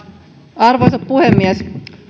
arvoisa puhemies